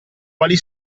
quali